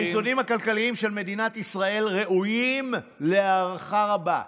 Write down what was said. האיזונים הכלכליים של מדינת ישראל ראויים להערכה רבה.